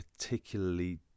particularly